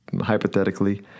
hypothetically